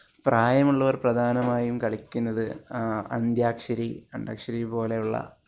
പ്രായമുള്ളവര് പ്രധാനമായും കളിക്കുന്നത് അന്താക്ഷരി അന്താക്ഷരി പോലെയുള്ള